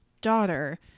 daughter